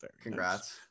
Congrats